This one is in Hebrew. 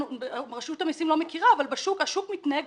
רשות המיסים לא מכירה אבל השוק מתנהל כך.